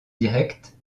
direct